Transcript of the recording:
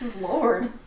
Lord